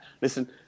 Listen